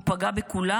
הוא פגע בכולם,